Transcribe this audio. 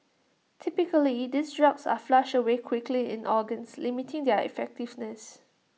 typically these drugs are flushed away quickly in organs limiting their effectiveness